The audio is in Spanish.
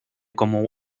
como